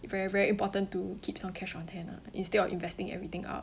very very important to keep some cash on hand lah instead of investing everything out